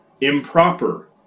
improper